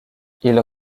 ils